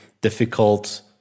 difficult